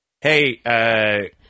Hey